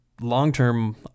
long-term